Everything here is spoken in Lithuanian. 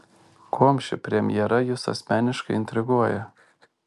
kuom ši premjera jus asmeniškai intriguoja